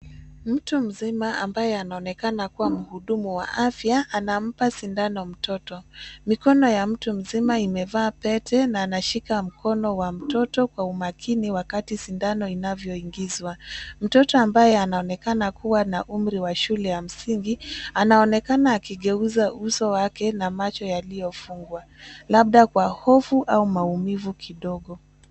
Mtu mzima ambaye anaonekana kuwa mhudumu wa afya anampa sindano mtoto. Mikono ya mtu mzima imevaa pete na anashika mkono wa mtoto kwa umakini wakati sindano inavyoingizwa. Mtoto ambaye anaonekana kuwa na umri wa shule ya msingi anaonekana akigeuza uso wake na macho yaliyofungwa labda kwa hofu au maumivu kidogo.